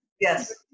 yes